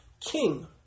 king